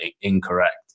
incorrect